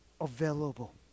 available